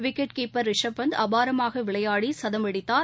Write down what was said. wicket keeper Rishabh Pant அபாரமாக விளையாடி சதமடித்தார்